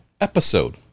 episode